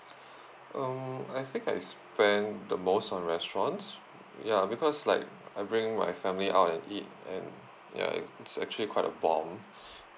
um I think I spend the most on restaurants ya because like I bring my family out and eat and ya it it's actually quite a bomb